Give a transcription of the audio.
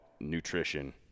nutrition